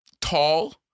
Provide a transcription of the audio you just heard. tall